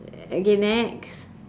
okay next